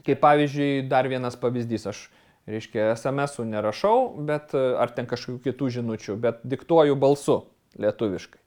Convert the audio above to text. kaip pavyzdžiui dar vienas pavyzdys aš reiškia esamesų nerašau bet ar ten kažkokių kitų žinučių bet diktuoju balsu lietuviškai